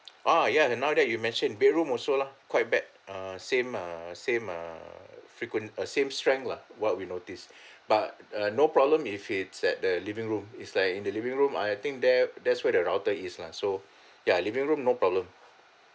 ah ya now that you mentioned bedroom also loh quite bad err same err same err frequent uh same strength lah what we noticed but uh no problem if it's at the living room is like in the living room I think there there's where the router is lah so ya living room no problem